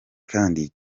kandi